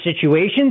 situations